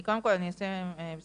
קודם כל אני אשים פה סוגריים,